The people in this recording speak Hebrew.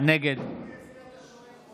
נגד